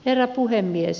herra puhemies